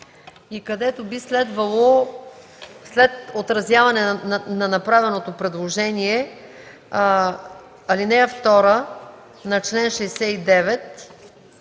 и би следвало след отразяване на направеното предложение ал. 2 на чл. 69